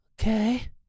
Okay